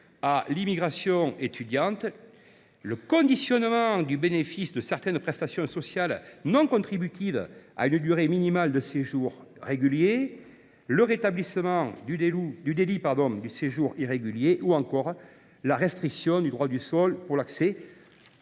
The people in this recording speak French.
à l’immigration étudiante ; le conditionnement du bénéfice de certaines prestations sociales non contributives à une durée minimale de séjour régulier ; le rétablissement du délit de séjour irrégulier ; la restriction du droit du sol pour l’accès